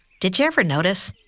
did you ever notice?